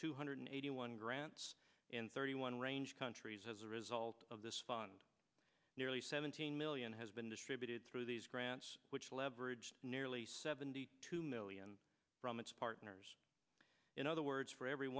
two hundred eighty one grants in thirty one range countries as a result of this fund nearly seventeen million has been distributed through these grants which leveraged nearly seventy two million from its partners in other words for every